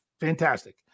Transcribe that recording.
fantastic